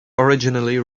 originally